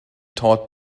taught